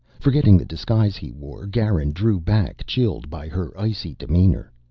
forgetting the disguise he wore, garin drew back, chilled by her icy demeanor.